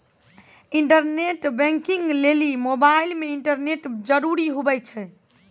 internet banking लेली mobile मे internet जरूरी हुवै छै